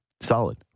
Solid